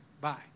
Bye